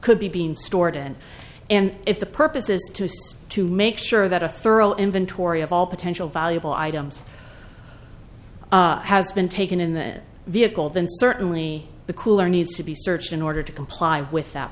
could be being stored in and if the purpose is to to make sure that a thorough inventory of all potential valuable items has been taken in the vehicle then certainly the cooler needs to be searched in order to comply with that